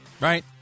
right